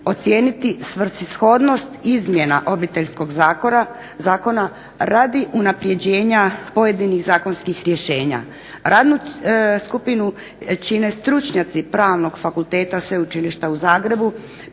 ocijeniti svrsishodnost izmjena obiteljskog zakona radi unapređenja pojedinih zakonskih rješenja. Radnu skupinu čine stručnjaci Pravnog fakulteta Sveučilišta u Zagrebu,